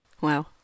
Wow